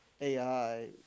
AI